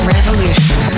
Revolution